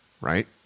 right